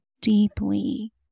deeply